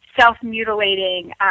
self-mutilating